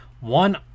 One